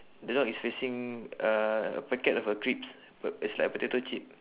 the dog is facing uh a packet of a crisps but it's like a potato chip